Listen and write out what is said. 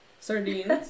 Sardines